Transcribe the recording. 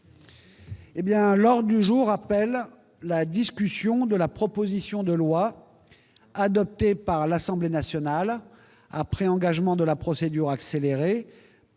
L'ordre du jour appelle la discussion de la proposition de loi, adoptée par l'Assemblée nationale, après engagement de la procédure accélérée,